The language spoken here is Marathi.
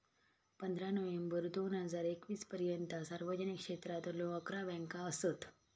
पंधरा नोव्हेंबर दोन हजार एकवीस पर्यंता सार्वजनिक क्षेत्रातलो अकरा बँका असत